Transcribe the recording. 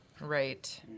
Right